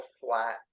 flat